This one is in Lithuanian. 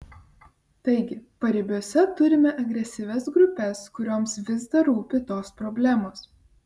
taigi paribiuose turime agresyvias grupes kurioms vis dar rūpi tos problemos